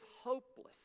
hopeless